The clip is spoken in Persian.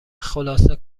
خلاصه